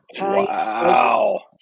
Wow